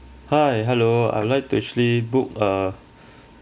hi hello I would like to actually book a